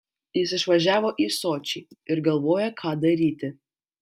jis išvažiavo į sočį ir galvoja ką daryti